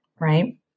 right